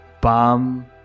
bomb